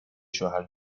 شوهر